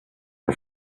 for